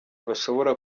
bashobora